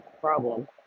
problem